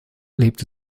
lebte